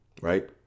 right